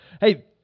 hey